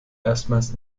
erstmals